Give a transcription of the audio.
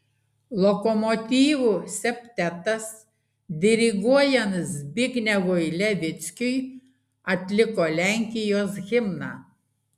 lokomotyvų septetas diriguojant zbignevui levickiui atliko lenkijos himną